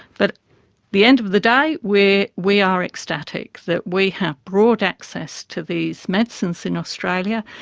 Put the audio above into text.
but the end of the day we we are ecstatic that we have broad access to these medicines in australia.